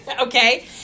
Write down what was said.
Okay